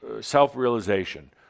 self-realization